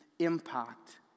impact